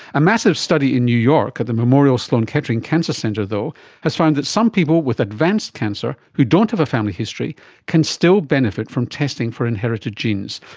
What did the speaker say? a massive study in new york at the memorial sloan kettering cancer centre though has found that some people with advanced cancer who don't have a family history can still benefit from testing for inherited genes.